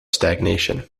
stagnation